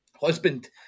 husband